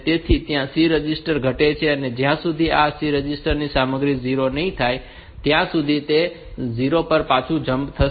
તેથી ત્યાં આ C રજિસ્ટર ઘટે છે અને જ્યાં સુધી આ C રજિસ્ટર સામગ્રી 0 નહીં હોય ત્યાં સુધી તે 0 પર પાછું જમ્પ થશે